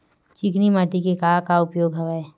चिकनी माटी के का का उपयोग हवय?